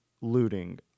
looting